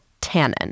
tannin